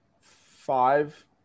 Five